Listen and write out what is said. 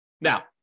Now